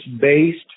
based